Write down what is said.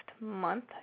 month